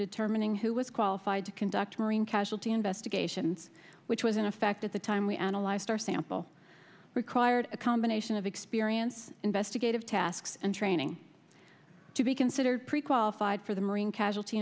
determining who was qualified to conduct marine casualty investigations which was in effect at the time we analyzed our sample required a combination of experience investigative tasks and training to be considered pre qualified for the marine casualty